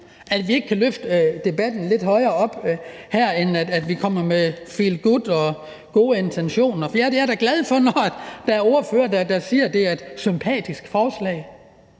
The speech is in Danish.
at vi ikke kan løfte debatten lidt højere op, end at vi kommer med feel good og gode intentioner. Jeg er da glad for, at der er ordførere, der siger, at det er et sympatisk forslag,